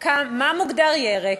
מה מוגדר ירק,